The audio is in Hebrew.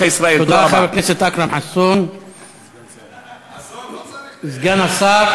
אדוני סגן השר,